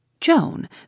Joan